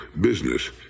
business